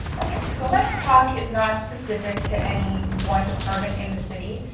okay, so let's talk is not specific to any one department in the city.